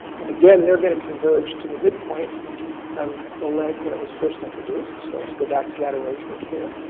and again, they're gonna converge to the midpoint of the leg when it was first introduced, so let's go back to that arrangement, here.